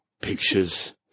Pictures